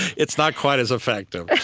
it's not quite as effective